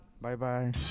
Bye-bye